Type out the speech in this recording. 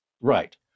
Right